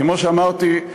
כמו שאמרתי,